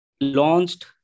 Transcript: launched